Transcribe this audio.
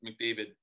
McDavid